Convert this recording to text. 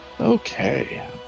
Okay